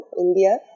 India